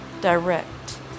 direct